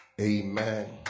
Amen